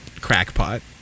crackpot